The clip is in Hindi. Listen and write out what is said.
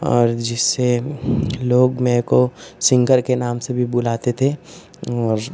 और जिससे लोग मुझको सिन्गर के नाम से भी बुलाते थे और